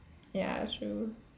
ya true